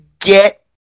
get